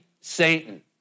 Satan